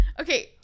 Okay